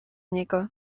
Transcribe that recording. niego